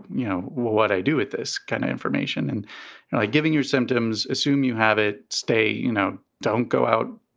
you know what i do with this kind of information and giving your symptoms, assume you have it, stay, you know, don't go out,